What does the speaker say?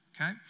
Okay